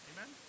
Amen